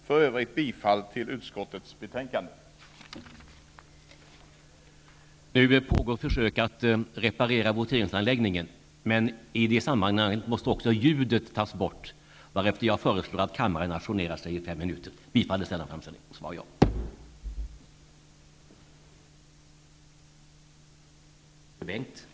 I övrigt yrkar jag bifall till utskottets hemställan i betänkandet.